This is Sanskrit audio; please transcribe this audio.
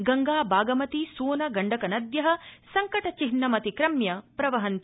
गंगा बागमती सोन गण्डक नद्य संकटचिहनमतिक्रम्य प्रवहंति